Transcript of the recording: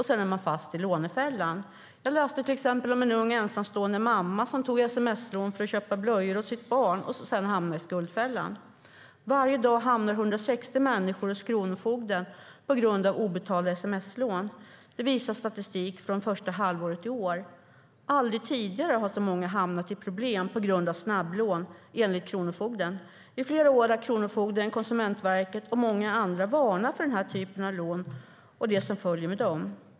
Sedan är man fast i lånefällan. Jag läste till exempel om en ung ensamstående mamma som tog sms-lån för att betala blöjor åt sitt barn och sedan hamnade i skuldfällan. Varje dag hamnar 160 människor hos kronofogden på grund av obetalda sms-lån. Det visar statistik från första halvåret i år. Aldrig tidigare har så många hamnat i problem på grund av snabblån, enligt kronofogden. I flera år har kronofogden, Konsumentverket och många andra varnat för den här typen av lån och det som följer med dem.